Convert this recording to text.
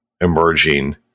emerging